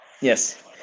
Yes